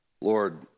Lord